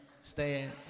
stand